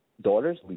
daughters